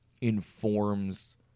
informs